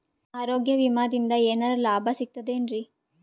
ಆರೋಗ್ಯ ವಿಮಾದಿಂದ ಏನರ್ ಲಾಭ ಸಿಗತದೇನ್ರಿ?